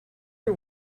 are